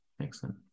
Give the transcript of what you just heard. excellent